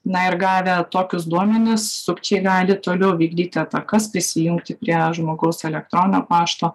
na ir gavę tokius duomenis sukčiai gali toliau vykdyti atakas prisijungti prie žmogaus elektroninio pašto